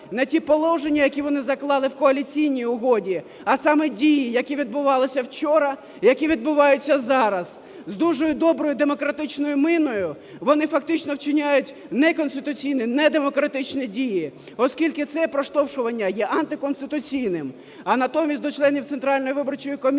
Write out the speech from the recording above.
не ті положення, які вони заклали в коаліційній угоді, а саме дії, які відбувалися вчора і які відбуваються зараз. З дуже доброю демократичною міною вони фактично вчиняють неконституційні, недемократичні дії, оскільки це проштовхування є антиконституційним. А натомість до членів Центральної виборчої комісії